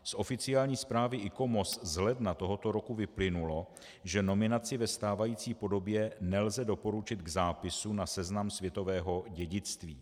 Z oficiální zprávy ICOMOS z ledna tohoto roku vyplynulo, že nominaci ve stávající podobě nelze doporučit k zápisu na seznam světového dědictví.